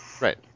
Right